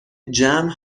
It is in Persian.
جمع